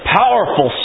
powerful